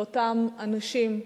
לאותם אנשים,